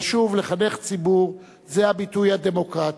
חשוב לחנך ציבור, זה הביטוי הדמוקרטי.